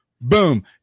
boom